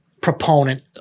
proponent